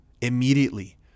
immediately